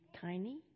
tiny